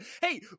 hey